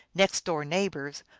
next door neighbors,